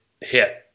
hit